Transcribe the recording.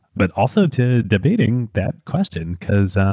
but also to debating that question because